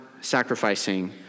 sacrificing